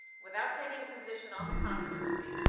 without taking a position on the controversy,